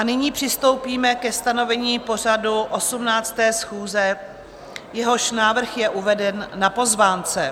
A nyní přistoupíme ke stanovení pořadu 18. schůze, jehož návrh je uveden na pozvánce.